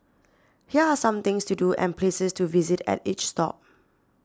here are some things to do and places to visit at each stop